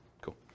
Cool